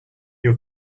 your